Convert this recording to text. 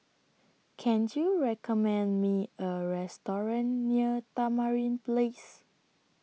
Can YOU recommend Me A Restaurant near Tamarind Place